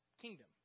kingdom